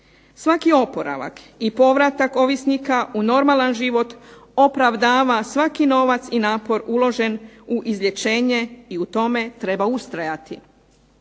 Svaki oporavak i povratak ovisnika u normalan život opravdava svaki novac i napor uložen u izlječenje i u tome treba ustrajati.